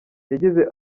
yagize